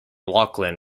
laughlin